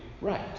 right